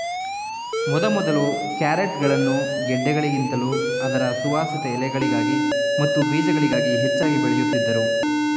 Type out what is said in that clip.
ಮೊದಮೊದಲು ಕ್ಯಾರೆಟ್ಗಳನ್ನು ಗೆಡ್ಡೆಗಳಿಗಿಂತಲೂ ಅದರ ಸುವಾಸಿತ ಎಲೆಗಳಿಗಾಗಿ ಮತ್ತು ಬೀಜಗಳಿಗಾಗಿ ಹೆಚ್ಚಾಗಿ ಬೆಳೆಯುತ್ತಿದ್ದರು